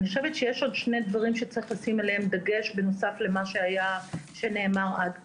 יש עוד שני דברים שיש לשים עליהם דגש בנוסף למה שנאמר עד כה.